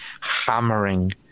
hammering